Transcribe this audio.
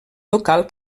local